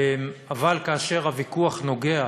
אבל כאשר הוויכוח נוגע